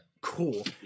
Cool